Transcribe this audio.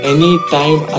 Anytime